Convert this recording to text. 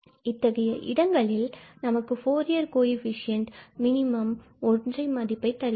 இத்தகைய இடங்களில் நமக்கு ஃபூரியர் கோஎஃபீஷியேன்ட் மினிமம் 1 மதிப்பை தருகிறது